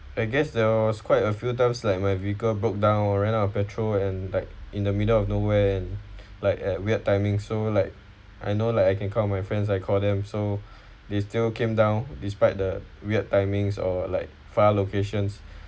I guess there was quite a few times like my vehicle broke down or ran out of petrol and like in the middle of nowhere and like at weird timing so like I know like I can count on my friends I call them so they still came down despite the weird timings or like far locations